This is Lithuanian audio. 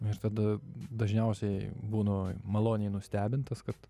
ir tada dažniausiai būnu maloniai nustebintas kad